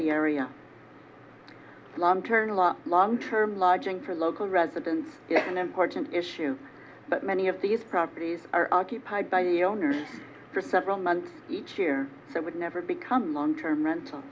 la long term lodging for local residents an important issue but many of these properties are occupied by the owners for several months each year so it would never become long term rental